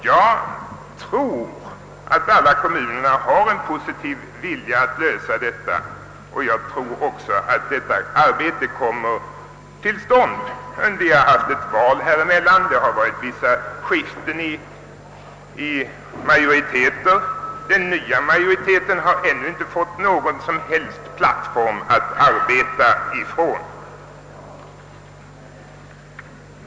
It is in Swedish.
Jag tror att alla kommuner har en positiv vilja att lösa problemet, och att ett arbete säkert också kommer till stånd. Vi har emellertid haft ett val under mellantiden, och det har blivit vissa majoritetsskiften. Den nya majoriteten har ännu inte fått någon som helst plattform att arbeta från.